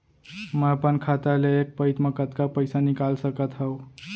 मैं अपन खाता ले एक पइत मा कतका पइसा निकाल सकत हव?